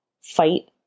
fight